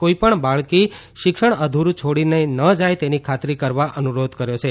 કોઇ પણ બાળકી શિક્ષણ અધુડું છોડીને ન જાય તેની ખાતરી કરવા અનુરોધ કર્યો છે